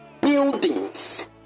buildings